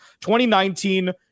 2019